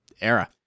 era